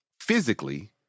physically